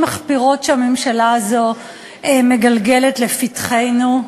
מחפירות שהממשלה הזאת מגלגלת לפתחנו.